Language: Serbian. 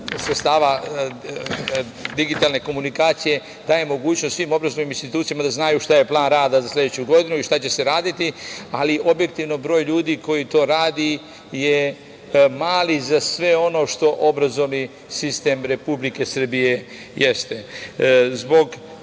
sredstava digitalne komunikacije daje mogućnost svim obrazovnim institucijama da znaju šta je plan rada za sledeću godinu i šta će se raditi, ali objektivno broj ljudi koji to radi je mali za sve ono što obrazovni sistem Republike Srbije jeste. Zbog